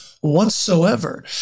whatsoever